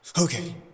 Okay